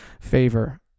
favor